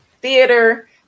theater